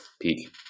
peak